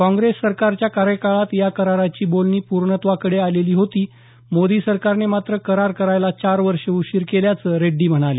काँग्रेस सरकारच्या कार्यकाळात या कराराची बोलणी पूर्णत्वाकडे आलेली होती मोदी सरकारनं मात्र करार करायला चार वर्षे उशीर केल्याचं रेड्डी म्हणाले